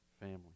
family